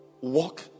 walk